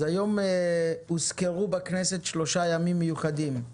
היום הוזכרו בכנסת שלושה ימים מיוחדים: